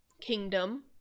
kingdom